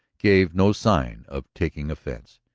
gave no sign of taking offense.